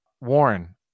Warren